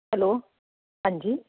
hello ਹਾਂਜੀ